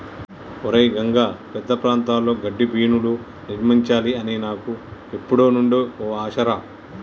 ఒరై రంగ పెద్ద ప్రాంతాల్లో గడ్డిబీనులు నిర్మించాలి అని నాకు ఎప్పుడు నుండో ఓ ఆశ రా